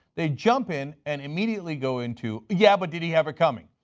they jump in and immediately go into, yeah but did he have it coming?